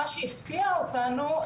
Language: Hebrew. מה שהפתיע אותנו,